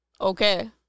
Okay